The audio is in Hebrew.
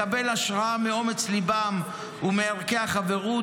לקבל השראה מאומץ ליבם ומערכי החברות,